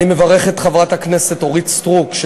אני מברך את חברת הכנסת אורית סטרוק,